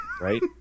right